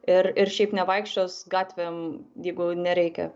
ir ir šiaip nevaikščios gatvėm jeigu nereikia